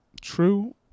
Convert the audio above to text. True